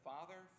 Father